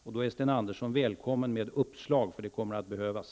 Sten Andesson är då välkommen med uppslag, för sådana kommer att behövas.